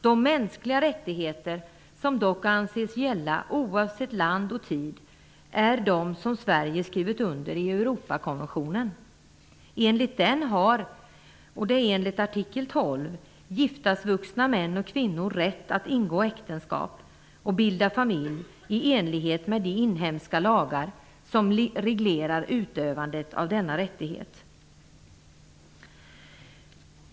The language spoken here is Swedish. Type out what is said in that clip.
De mänskliga rättigheter som dock anses gälla oavsett land och tid är de som Sverige skrivit under i Europakonventionen har giftasvuxna män och kvinnor rätt att ingå äktenskap och bilda familj i enlighet med de inhemska lagar som reglerar utövandet av denna rättighet.